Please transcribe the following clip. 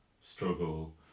struggle